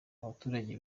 abaturage